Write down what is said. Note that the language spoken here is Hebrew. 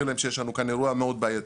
להם שיש לנו כאן אירוע מאוד בעייתי.